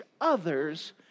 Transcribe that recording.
others